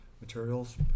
materials